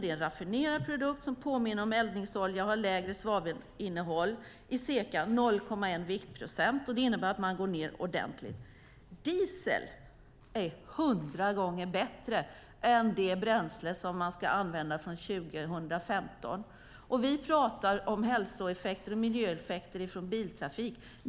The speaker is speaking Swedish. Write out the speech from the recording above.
Det är en raffinerad produkt som påminner om eldningsolja och har lägre svavelinnehåll, ca 0,1 viktprocent. Det innebär en rejäl minskning. Diesel är hundra gånger bättre än det bränsle som man ska använda från 2015. Vi pratar om hälso och miljöeffekter från biltrafiken.